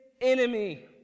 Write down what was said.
enemy